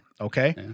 Okay